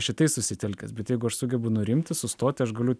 šitais susitelkęs bet jeigu aš sugebu nurimti sustoti aš galiu